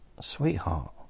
sweetheart